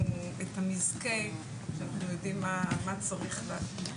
את המזכה שאנחנו יודעים מה צריך לעשות.